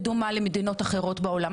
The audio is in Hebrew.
בדומה למדינות אחרות בעולם.